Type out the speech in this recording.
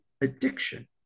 addiction